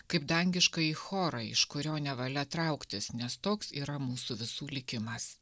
kaip dangiškąjį chorą iš kurio nevalia trauktis nes toks yra mūsų visų likimas